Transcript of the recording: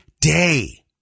day